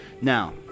now